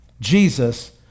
Jesus